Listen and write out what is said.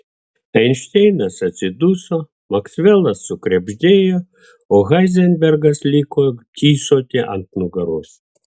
einšteinas atsiduso maksvelas sukrebždėjo o heizenbergas liko tysoti ant nugaros